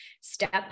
Step